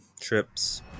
Trips